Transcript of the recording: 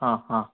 ആ ആ